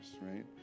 right